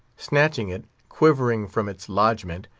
snatching it, quivering from its lodgment,